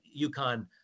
UConn